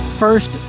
First